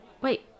Wait